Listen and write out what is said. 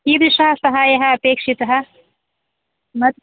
कीदृशः सहाय्यः अपेक्षितः मत्